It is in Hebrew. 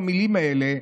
המילים האלה,